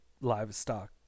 livestock